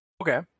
Okay